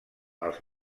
als